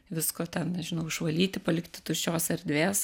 visko ten nežinau išvalyti palikti tuščios erdvės